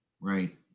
Right